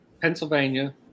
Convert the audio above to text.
Pennsylvania